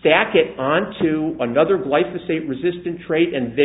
stack it onto another life to save resistant traits and